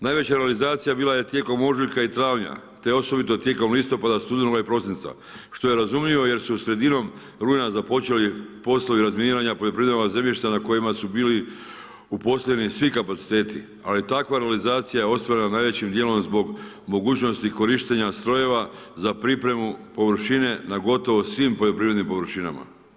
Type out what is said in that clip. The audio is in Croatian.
Najveća realizacija bila je tijekom ožujka i travnja, te osobito tijekom listopada, studenoga i prosinca, što je razumljivo jer su sredinom rujna započeli poslovi razminiranja poljoprivrednoga zemljišta na kojima su bili uposleni svi kapaciteti, ali takva realizacija je ostvarena najvećim dijelom zbog mogućnosti korištenja strojeva za pripremu površine na gotovo svim poljoprivrednim površinama.